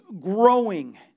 growing